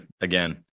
again